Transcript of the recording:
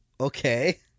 Okay